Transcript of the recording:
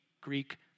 Greek